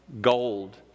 gold